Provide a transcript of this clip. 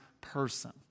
person